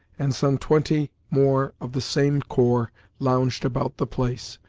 and some twenty more of the same corps lounged about the place,